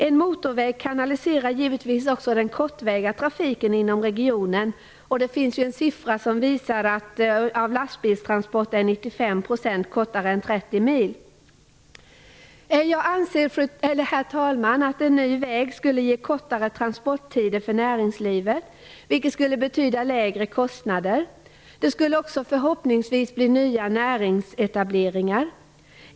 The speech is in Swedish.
En motorväg kanaliserar givetvis också den kortväga trafiken inom regionen. Det visar sig att 95 % av lastbilstransporterna går mindre än 30 mil. Jag anser, herr talman, att en ny väg skulle ge kortare transporttider för näringslivet, vilket skulle betyda lägre kostnader. Det skulle förhoppningsvis också bli nya näringsetableringar.